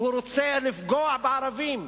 שהוא רוצה לפגוע בערבים.